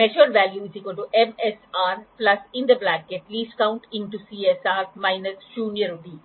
measured value MSR LC × CSR - शून्य त्रुटि